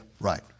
right